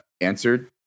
answered